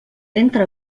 entre